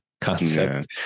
concept